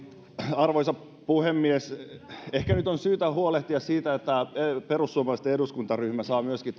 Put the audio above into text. arvoisa puhemies ehkä nyt on syytä huolehtia siitä että perussuomalaisten eduskuntaryhmä saa myöskin